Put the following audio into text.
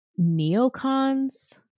neocons